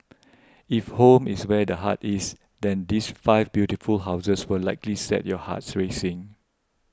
if home is where the heart is then these five beautiful houses will likely set your hearts racing